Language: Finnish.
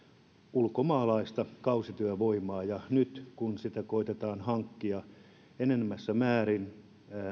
ulkomaalaista kausityövoimaa ja nyt kun sitä koetetaan hankkia enenevässä määrin